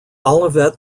olivet